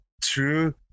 true